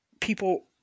people